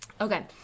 Okay